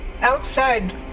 outside